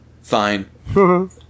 Fine